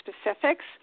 specifics